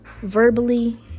verbally